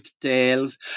tales